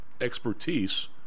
expertise